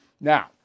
now